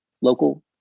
local